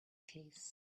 case